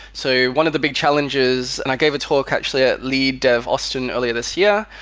so one of the big challenges, and i gave a talk actually at lead dev austin earlier this year,